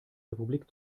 republik